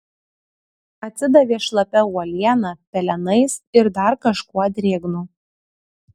atsidavė šlapia uoliena pelenais ir dar kažkuo drėgnu